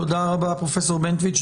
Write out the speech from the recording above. תודה רבה, פרופ' בנטואיץ.